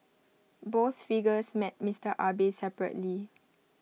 both figures met Mister Abe separately